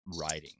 writing